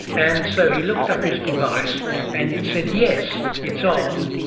and so he looked up his device and it said yes, it's on.